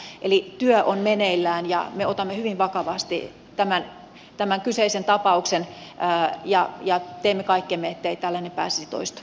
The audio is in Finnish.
eli työ on meneillään ja me otamme hyvin vakavasti tämän kyseisen tapauksen ja teemme kaikkemme ettei tällainen pääse toist